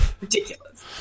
Ridiculous